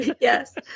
Yes